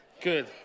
Good